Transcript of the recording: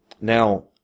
Now